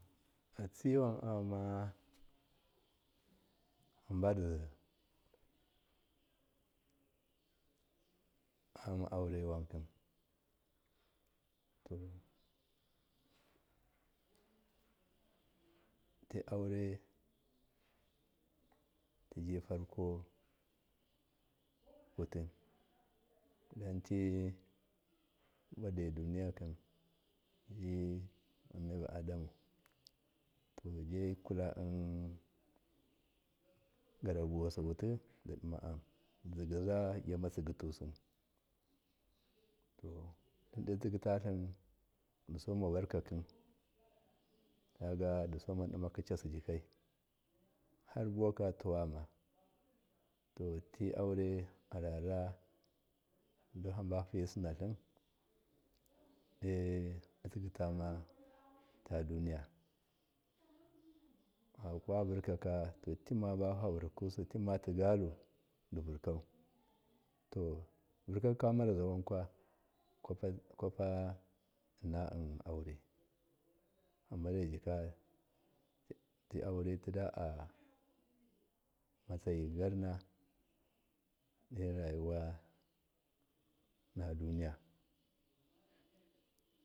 A tsiwan ayuma hamba lizai ayama aure wanki ti aure tiji farko kutin danti bade duniyaki ji annabi adamu jikulla gorabuwasi wuti di dima am dizigaza gyamazikitusu to tlimdo tsigitatlim disoma vurkabi kagadi so madimaki cassi jikai har buwuku tuwamma to ti aure arara duhamba fiye sinatlim eatsigitama ta duniya fakwa vurkaka toti ma ti galu divurkau to vurkaki kumar wawun tidaamatsiyi garna do rayuwa na duniya.